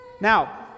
Now